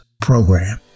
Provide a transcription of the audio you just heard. program